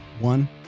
one